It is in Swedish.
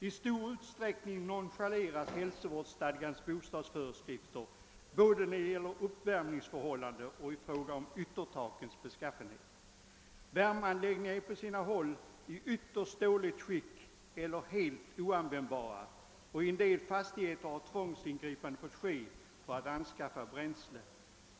I stor utsträckning nonchaleras hälsovårdsstadgans bostadsföreskrifter när det gäller uppvärmning och bestämmelserna om yttertakens beskaffenhet. Värmeanläggningarna är på sina håll i ytterst dåligt skick eller helt oanvändbara, och i en del fastigheter har man måst göra tvångsingripanden för att anskaffa bränsle.